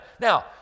Now